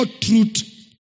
truth